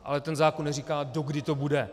Ale ten zákon neříká, dokdy to bude.